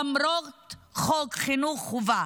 למרות חוק חינוך חובה.